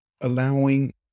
allowing